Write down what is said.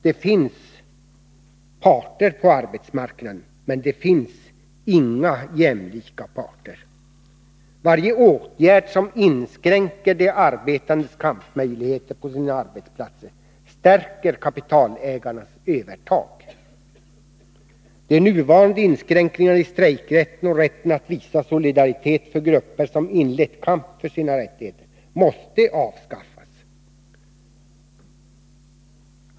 Det finns parter på arbetsmarknaden, men det finns inga jämlika parter. Varje åtgärd som inskränker de arbetandes kampmöjligheter på sina arbetsplatser stärker kapitalägarnas övertag. De nuvarande inskränkningarnaistrejkrätten och rätten att visa solidaritet för grupper som inlett kamp för sina rättigheter måste avskaffas.